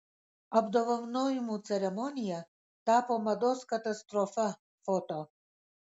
apdovanojimų ceremonija tapo mados katastrofa foto